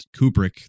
Kubrick